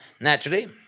Naturally